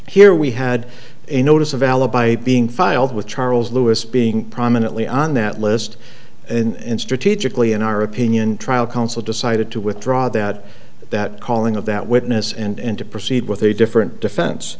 here we had a notice of alibi being filed with charles lewis being prominently on that list and strategically in our opinion trial counsel decided to withdraw that that calling of that witness and to proceed with a different defense